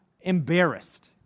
embarrassed